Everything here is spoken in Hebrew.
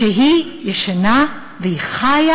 כשהיא ישנה והיא חיה?